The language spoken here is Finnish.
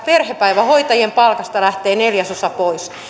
perhepäivähoitajien palkasta lähtee neljäsosa pois